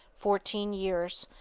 fourteen years,